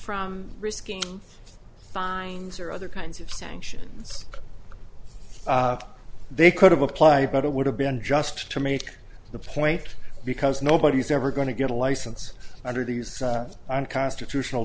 from risking fines or other kinds of sanctions they could have applied but it would have been just to make the point because nobody is ever going to get a license under these unconstitutional